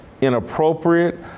inappropriate